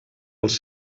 els